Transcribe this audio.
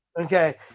Okay